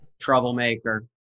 Troublemaker